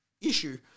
issue